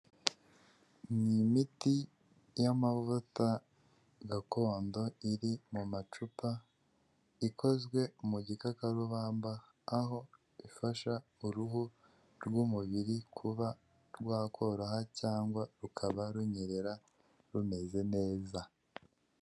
Ni imiti y'amavuta gakondo iri mu macupa ikozwe mu gikakarubamba aho ifasha uruhu rw'umubiri kuba rwakoroha cyangwa rukaba runyerera rumeze neza.